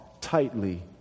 tightly